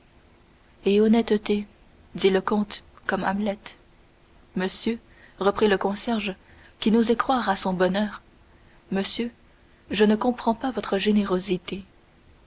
et honnêteté dit le comte comme hamlet monsieur reprit le concierge qui n'osait croire à son bonheur monsieur je ne comprends pas votre générosité